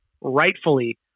rightfully